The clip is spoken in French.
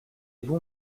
bons